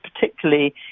particularly